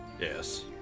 Yes